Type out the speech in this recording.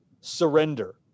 surrender